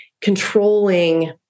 controlling